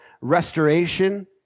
restoration